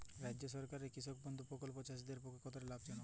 রাজ্য সরকারের কৃষক বন্ধু প্রকল্প চাষীদের পক্ষে কতটা লাভজনক?